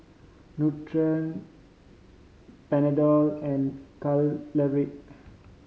Nutren Panadol and Caltrate